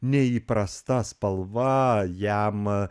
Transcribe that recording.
neįprasta spalva jam